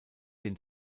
den